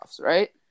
right